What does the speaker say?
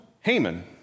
Haman